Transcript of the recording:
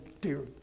dear